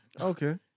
Okay